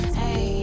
hey